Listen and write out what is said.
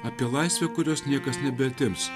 apie laisvę kurios niekas nebeatims